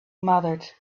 muttered